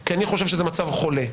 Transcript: כי אני חושב שזה מצב חולה.